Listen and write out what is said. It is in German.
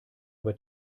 aber